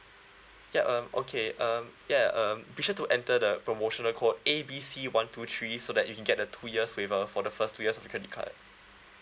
ya um okay um ya um be sure to enter the promotional code A B C one two three so that you can get the two years waiver for the first two years of your credit card